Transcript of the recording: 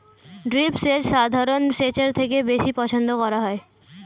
drip সেচ সাধারণ সেচের থেকে বেশি পছন্দ করা হয়